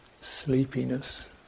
sleepiness